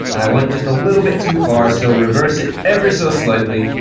i went just a little bit too far. so reverse it ever so slightly.